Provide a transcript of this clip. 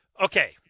Okay